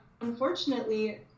unfortunately